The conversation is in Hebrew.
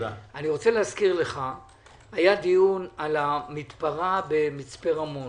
אני מזכיר לך - היה דיון על המתפרה במצפה רמון.